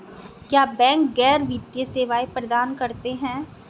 क्या बैंक गैर वित्तीय सेवाएं प्रदान करते हैं?